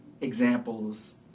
examples